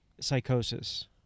psychosis